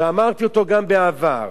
שאמרתי אותו גם בעבר.